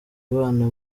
bana